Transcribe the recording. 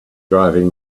driving